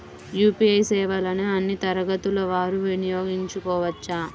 UPI సేవలని అన్నీ తరగతుల వారు వినయోగించుకోవచ్చా?